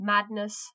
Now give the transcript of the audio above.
Madness